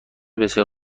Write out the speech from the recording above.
بسیار